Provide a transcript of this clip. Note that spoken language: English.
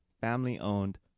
family-owned